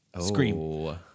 Scream